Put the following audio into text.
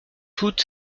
août